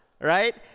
right